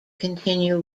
continue